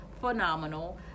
phenomenal